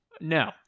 no